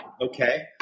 okay